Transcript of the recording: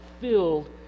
filled